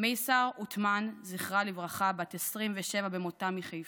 מייסר עותמאן, זכרה לברכה, בת 27 במותה, מחיפה,